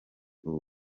ubu